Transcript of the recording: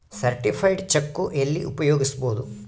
Certified cheque ಎಲ್ಲಿ ಉಪಯೋಗಿಸ್ಬೋದು?